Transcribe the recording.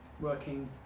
working